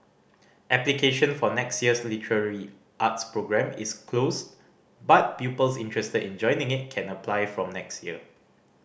application for next year's literary arts programme is closed but pupils interested in joining it can apply from next year